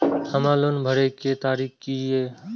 हमर लोन भरए के तारीख की ये?